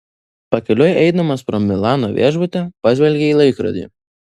pakeliui eidamas pro milano viešbutį pažvelgė į laikrodį